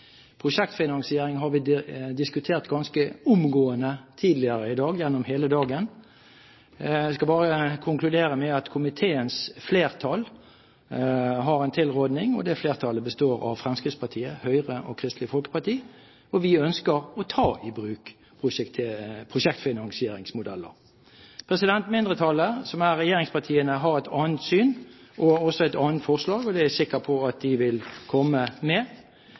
Prosjektfinansiering har vi diskutert ganske omgående tidligere i dag, gjennom hele dagen. Jeg skal bare konkludere med at komiteens flertall har en tilråding, og det flertallet består av Fremskrittspartiet, Høyre og Kristelig Folkeparti, og vi ønsker å ta i bruk prosjektfinansieringsmodeller. Mindretallet, som er regjeringspartiene, har et annet syn og også et annet forslag, og det er jeg sikker på at de vil komme